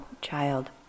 child